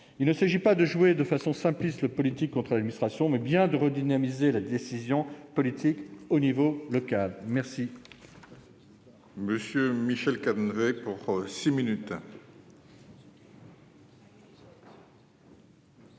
Il s'agit non pas de jouer de façon simpliste le politique contre l'administration, mais bien de redynamiser la décision politique à l'échelon local. La